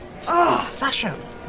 Sasha